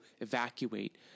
evacuate